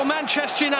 Manchester